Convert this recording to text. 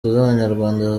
z’abanyarwanda